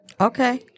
Okay